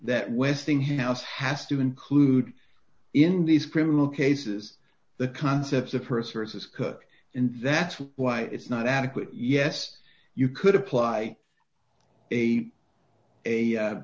that westinghouse has to include in these criminal cases the concepts of purser's as cook and that's why it's not adequate yes you could apply a